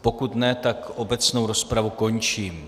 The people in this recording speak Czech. Pokud ne, tak obecnou rozpravu končím.